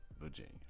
Virginia